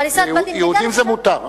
ליהודים זה מותר.